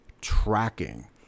Tracking